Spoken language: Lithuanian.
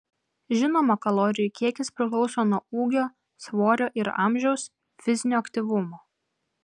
žinoma kalorijų kiekis priklauso nuo ūgio svorio ir amžiaus fizinio aktyvumo